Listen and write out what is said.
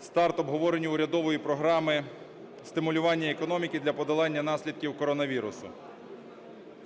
старт обговоренню урядової програми "Стимулювання економіки для подолання наслідків коронавірусу".